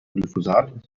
glyphosat